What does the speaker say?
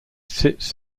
sits